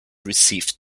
received